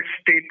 state